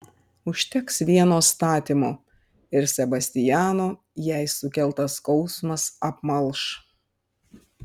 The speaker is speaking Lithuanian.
užteks vieno statymo ir sebastiano jai sukeltas skausmas apmalš